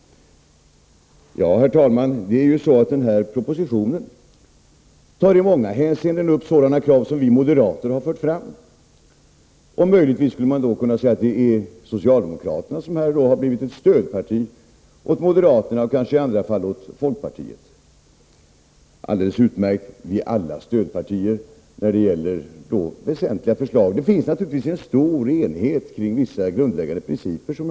Herr talman! I den här propositionen tas i många hänseenden upp krav som vi moderater har fört fram. Möjligtvis skulle man då kunna säga att socialdemokraterna här har blivit ett stödparti åt moderaterna och kanske i andra fall åt folkpartiet. Vi är alla stödpartier, sägs det — alldeles utmärkt! — när det gäller väsentliga förslag. Det finns naturligtvis, som också konstaterats här, en stor enighet kring vissa grundläggande principer.